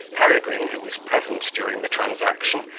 peregrine, who was present during the transaction,